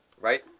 right